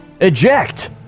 Eject